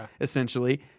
essentially